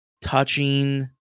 touching